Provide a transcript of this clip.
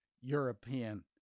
European